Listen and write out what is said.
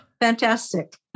fantastic